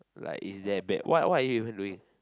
like it's that bad what what are you even doing